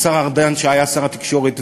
השר ארדן, שהיה שר התקשורת.